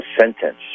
sentence